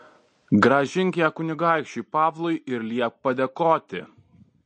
grąžink ją kunigaikščiui pavlui ir liepk padėkoti